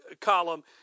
column